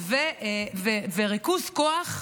וריכוז כוח,